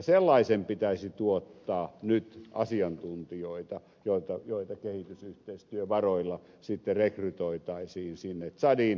sellaisen pitäisi tuottaa nyt asiantuntijoita joita kehitysyhteistyövaroilla sitten rekrytoitaisiin sinne tsadiin